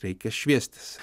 reikia šviestis